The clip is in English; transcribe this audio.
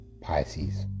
Pisces